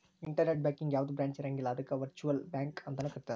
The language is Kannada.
ಇನ್ಟರ್ನೆಟ್ ಬ್ಯಾಂಕಿಗೆ ಯಾವ್ದ ಬ್ರಾಂಚ್ ಇರಂಗಿಲ್ಲ ಅದಕ್ಕ ವರ್ಚುಅಲ್ ಬ್ಯಾಂಕ ಅಂತನು ಕರೇತಾರ